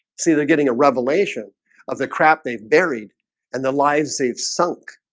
see they're getting a revelation of the crap they've buried and the lives saved sunk.